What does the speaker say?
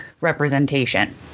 representation